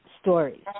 stories